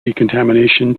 decontamination